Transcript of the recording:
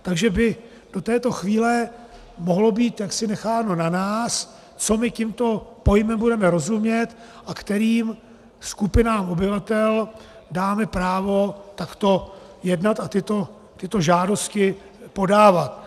Takže by do této chvíle mohlo být jaksi necháno na nás, co my tímto pojmem budeme rozumět a kterým skupinám obyvatel dáme právo takto jednat a tyto žádosti podávat.